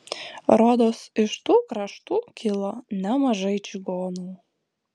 rodos iš tų kraštų kilo nemažai čigonų